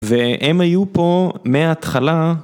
והם היו פה מההתחלה.